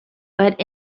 but